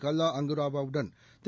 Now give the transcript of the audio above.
கல்லா அங்குராவா வுடன் திரு